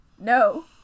No